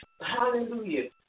Hallelujah